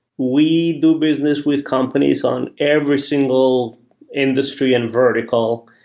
we do business with companies on every single industry and vertical,